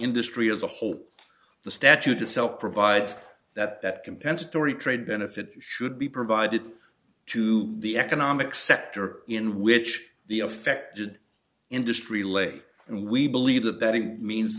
industry as a whole the statute itself provides that that compensatory trade benefit should be provided to the economic sector in which the affected industry lay and we believe that that it means